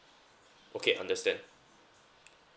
okay understand